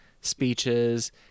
speeches